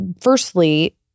Firstly